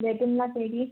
भेटौँला फेरि